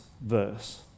verse